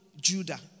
Judah